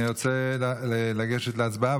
אני רוצה לגשת להצבעה,